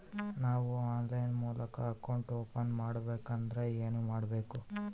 ನಾವು ಆನ್ಲೈನ್ ಮೂಲಕ account open ಮಾಡಬೇಂಕದ್ರ ಏನು ಕೊಡಬೇಕು?